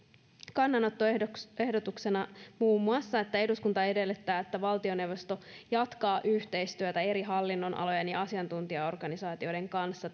kannanottoehdotuksena muun muassa että eduskunta edellyttää että valtioneuvosto jatkaa yhteistyössä eri hallinnonalojen ja asiantuntijaorganisaatioiden kanssa